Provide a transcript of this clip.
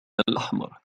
الأحمر